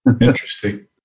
Interesting